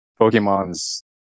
Pokemon's